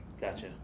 Gotcha